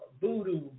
voodoo